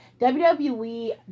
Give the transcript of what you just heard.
WWE